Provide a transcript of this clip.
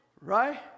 Right